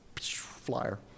flyer